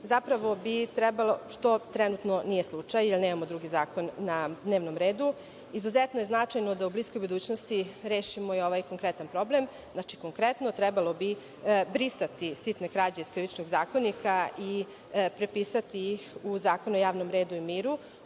zapravo bi trebalo, što trenutno nije slučaj, jer nemamo drugi zakon na dnevnom redu. Izuzetno je značajno da u bliskoj budućnosti rešimo i ovaj konkretan problem. Znači, konkretno trebalo bi brisati sitne krađe iz Krivičnog zakonika i prepisati ih u Zakon o javnom redu i miru,